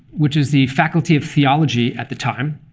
which is the faculty of theology at the time,